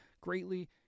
Greatly